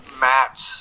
Matt